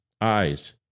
eyes